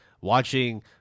watching